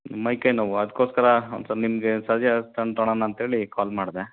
ಮೈ ಕೈ ನೋವು ಅದಕ್ಕೋಸ್ಕರ ಒಂದ್ಸಲ ನಿಮಗೆ ಸಜೇಶನ್ ತೋಳಣ ಅಂತೇಳಿ ಕಾಲ್ ಮಾಡಿದೆ